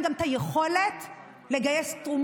ויש להם גם את היכולת לגייס תרומות.